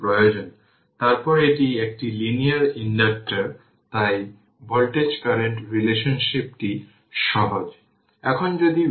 সুতরাং এটি হল ভোল্টেজ এবং এই L1 L2 L3 থেকে LN পর্যন্ত সমস্ত ইন্ডাকটর প্যারালাল ভাবে কানেক্টেড এবং এটি হল কারেন্ট প্রবেশ করা i এবং তারপর i1 i2 i3 সমস্ত কারেন্ট ইন্ডাক্টর 1 ইন্ডাক্টর 2 এর মধ্য দিয়ে যাচ্ছে